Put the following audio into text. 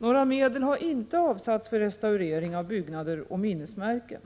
Några medel har inte avsatts för restaurering av byggnader och minnesmärken.